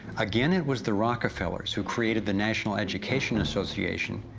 again it was the rockefellers, who created the national education association,